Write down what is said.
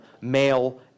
male